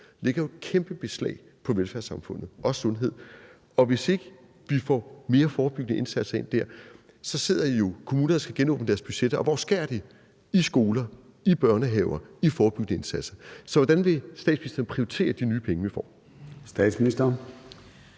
lægger jo et kæmpe beslag på velfærdssamfundet, også inden for sundhed, og hvis ikke vi får flere forebyggende indsatser ind dér, sidder der jo kommuner, der skal genåbne deres budgetter, og hvor skærer de ned? Det vi i skoler, i børnehaver, i forebyggende indsatser. Så hvordan vil statsministeren prioritere de nye penge, vi får? Kl.